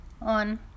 on